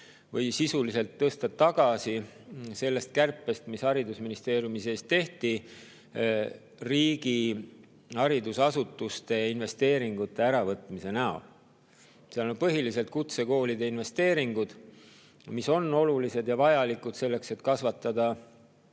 või sisuliselt tõsta tagasi 3,4 miljonit eurot sellest kärpest, mis haridusministeeriumis tehti riigi haridusasutuste investeeringute äravõtmise näol. Seal on põhiliselt kutsekoolide investeeringud, mis on olulised ja vajalikud selleks, et kasvatada